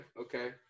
Okay